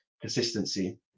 consistency